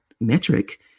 metric